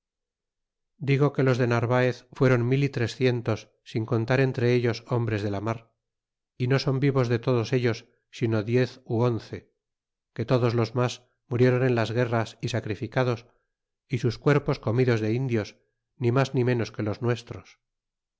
digo que los de narvaez fuéron mil y trescientos sin contar entre ellos hombres de la mar y no son vivos de todos ellos sino diez ó once que todos los mas muriéron en las guerras y sacrificados y sus cuerpos comidos de indios ni mas ni ménos que los nuestros